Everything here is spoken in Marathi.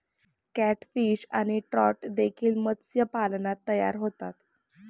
कॅटफिश आणि ट्रॉट देखील मत्स्यपालनात तयार होतात